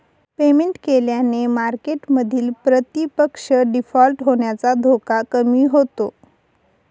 payment केल्याने मार्केटमधील प्रतिपक्ष डिफॉल्ट होण्याचा धोका कमी होतो